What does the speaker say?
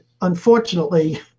unfortunately